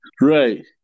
Right